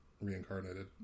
reincarnated